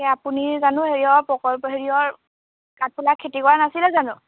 এ আপুনি জানো হেৰিয়ৰ প্ৰকল্প হেৰিয়ৰ কাঠফুলা খেতি কৰা নাছিলে জানো